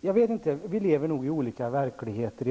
Jag och Beatrice Ask lever nog ibland i olika verkligheter.